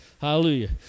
Hallelujah